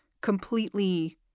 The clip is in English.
completely